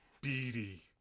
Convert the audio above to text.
beady